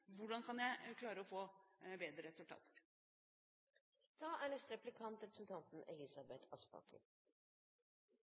hvordan de kan klare å få bedre resultater.